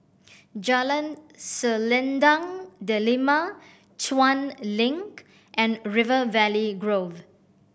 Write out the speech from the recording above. Jalan Selendang Delima Chuan Link and River Valley Grove